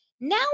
Now